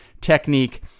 technique